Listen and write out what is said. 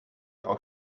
auch